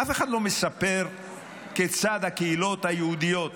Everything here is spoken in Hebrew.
אף אחד לא מספר כיצד הקהילות היהודיות